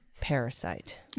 parasite